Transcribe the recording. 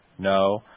No